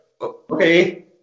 okay